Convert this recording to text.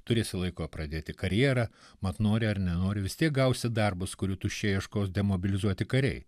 turėsi laiko pradėti karjerą mat nori ar nenori vis tiek gausi darbus kurių tuščiai ieškos demobilizuoti kariai